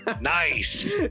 Nice